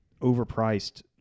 overpriced